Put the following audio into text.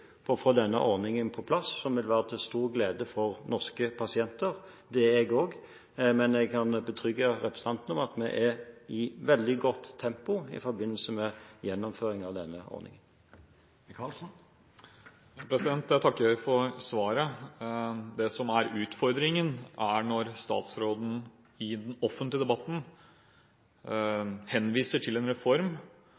å få denne ordningen på plass, som vil være til stor glede for norske pasienter. Det er jeg også. Men jeg kan forsikre representanten om at vi har et veldig godt tempo i forbindelse med gjennomføringen av denne ordningen. Jeg takker for svaret. Det som er utfordringen, er når statsråden i den offentlige debatten